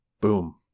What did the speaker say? boom